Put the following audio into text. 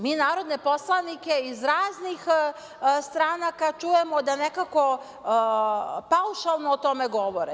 Mi narodne poslanike iz raznih stranaka čujemo da nekako paušalno o tome govore.